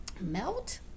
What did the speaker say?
melt